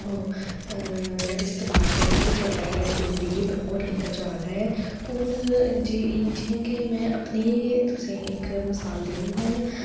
इस्तेमाल करियै जेह्ड़ा ऐ डोगरी गी प्रमोट कीत्ता जा दा ऐ उन जि यां' तुसेंगी इक मसाल दिन्नियां